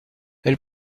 elle